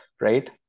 Right